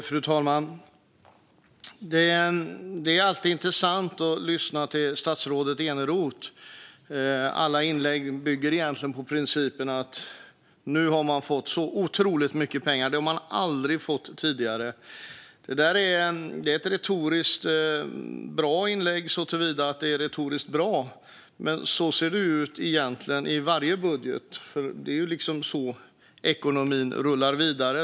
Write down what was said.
Fru talman! Det är alltid intressant att lyssna till statsrådet Eneroth. Alla inlägg bygger egentligen på principen att man nu har fått så otroligt mycket pengar och att man aldrig har fått det tidigare. Det är ett retoriskt bra inlägg såtillvida att det är retoriskt bra, men så ser det egentligen ut i varje budget - det är liksom så ekonomin rullar vidare.